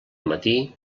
matí